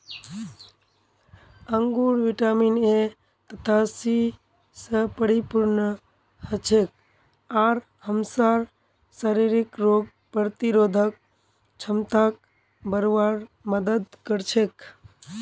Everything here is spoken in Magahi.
अंगूर विटामिन ए तथा सी स परिपूर्ण हछेक आर हमसार शरीरक रोग प्रतिरोधक क्षमताक बढ़वार मदद कर छेक